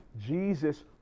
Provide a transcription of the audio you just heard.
Jesus